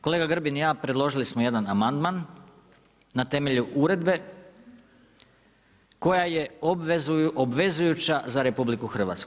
Kolega Grbin i ja predložili smo jedan amandman na temelju uredbe koja je obvezujuća za RH.